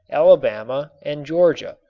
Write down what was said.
alabama and georgia,